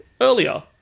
earlier